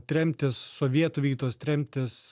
tremtys sovietų vykdytos tremys